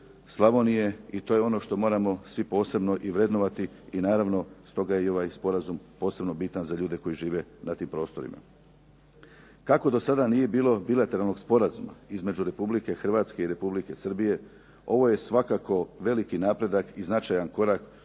Slavonije i to je ono što moramo svi posebno i vrednovati, i naravno stoga je i ovaj sporazum posebno bitan za ljude koji žive na tim prostorima. Kako do sada nije bilo bilateralnog sporazuma između Republike Hrvatske i Republike Srbije ovo je svakako veliki napredak i značajan korak